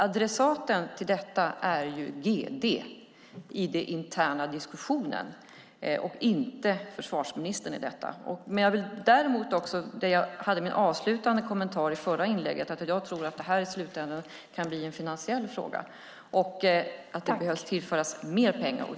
Adressaten är ju gd i den interna diskussionen, inte försvarsministern. Min avslutande kommentar i mitt förra inlägg gällde att jag tror att det här kan bli en finansiell fråga till slut. Det behöver tillföras mer pengar.